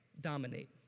dominate